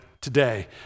today